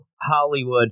Hollywood